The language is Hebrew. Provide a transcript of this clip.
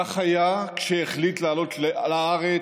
כך היה כשהחליט לעלות לארץ,